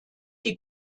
die